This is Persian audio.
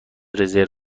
رزرو